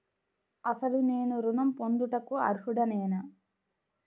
అసలు నేను ఋణం పొందుటకు అర్హుడనేన?